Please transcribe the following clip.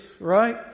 right